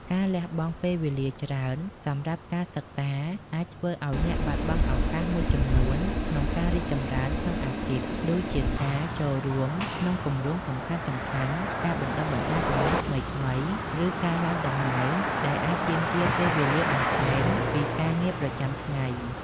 ការលះបង់ពេលវេលាច្រើនសម្រាប់ការសិក្សា អាចធ្វើឱ្យអ្នកបាត់បង់ឱកាសមួយចំនួនក្នុងការរីកចម្រើនក្នុងអាជីព ដូចជាការចូលរួមក្នុងគម្រោងសំខាន់ៗ ការបណ្តុះបណ្តាលជំនាញថ្មីៗ ឬការឡើងតំណែង ដែលអាចទាមទារពេលវេលាបន្ថែមពីការងារប្រចាំថ្ងៃ។